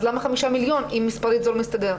אז למה 5 מיליון אם מספרית זה לא מסתדר?